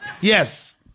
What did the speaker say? Yes